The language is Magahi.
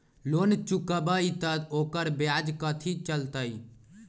लोन चुकबई त ओकर ब्याज कथि चलतई?